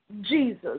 Jesus